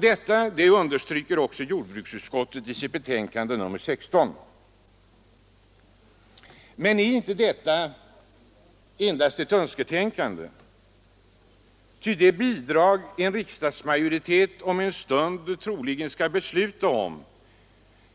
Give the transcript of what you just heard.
Detta önskemål understryker också jordbruksutskottet i sitt betänkande nr 19. Men är inte detta endast ett önsketänkande? Ty det bidrag som en riksdagsmajoritet om en stund förmodligen kommer att fatta beslut om